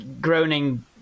groaning